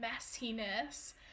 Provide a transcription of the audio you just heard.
messiness